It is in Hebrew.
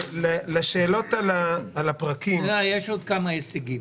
שאלות על הפרקים --- יש עוד כמה הישגים.